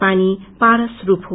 पानी पारस रूप हो